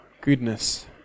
goodness